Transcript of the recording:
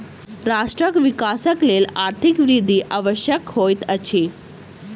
राष्ट्रक विकासक लेल आर्थिक वृद्धि आवश्यक होइत अछि